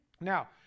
now